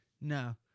No